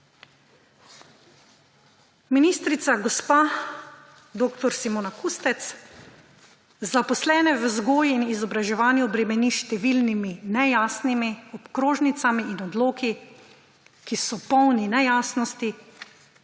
Ministrica gospa dr. Simona Kustec zaposlene v vzgoji in izobraževanju bremeni s številnimi nejasnimi okrožnicami in odloki, ki so polni nejasnosti,